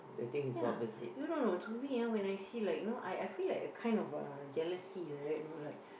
ya you no no to me ah when I see like you know I feel like a kind of jealousy like that you know like